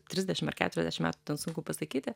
trisdešim ar keturiasdešim metų ten sunku pasakyti